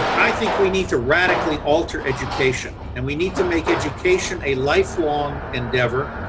i think we need to radically alter education, and we need to make education a life long endeavour,